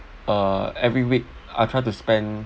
uh every week I try to spend